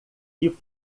que